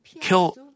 kill